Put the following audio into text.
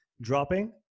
dropping